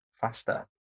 faster